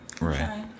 Right